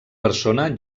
persona